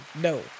No